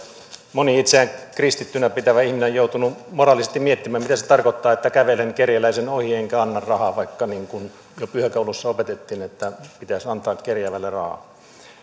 moni itseään kristittynä pitävä ihminen on joutunut moraalisesti miettimään mitä se tarkoittaa että kävelen kerjäläisen ohi enkä anna rahaa vaikka jo pyhäkoulussa opetettiin että pitäisi antaa kerjäävälle rahaa